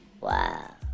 Wow